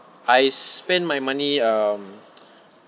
I spend my money um